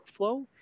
workflow